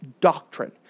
doctrine